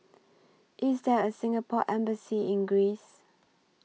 IS There A Singapore Embassy in Greece